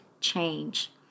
change